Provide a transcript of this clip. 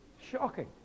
Shocking